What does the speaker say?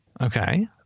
Okay